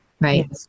right